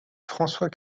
françois